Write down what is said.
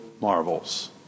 marvels